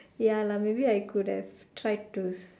ya lah maybe I could have tried to